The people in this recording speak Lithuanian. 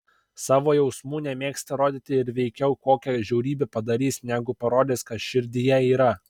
savo jausmų nemėgsta rodyti ir veikiau kokią žiaurybę padarys negu parodys kas širdyje yra